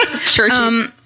Churches